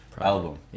album